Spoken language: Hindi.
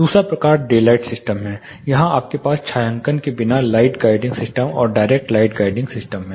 दूसरा प्रकार डेलाइट सिस्टम है यहां आपके पास छायांकन के बिना लाइट गाइडिंग सिस्टम और डायरेक्ट लाइट गाइडिंग सिस्टम है